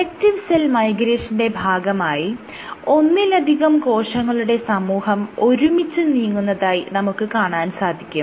collective cell മൈഗ്രേഷന്റെ ഭാഗമായി ഒന്നിലധികം കോശങ്ങളുടെ സമൂഹം ഒരുമിച്ച് നീങ്ങുന്നതായി നമുക്ക് കാണാൻ സാധിക്കും